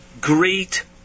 great